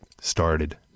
started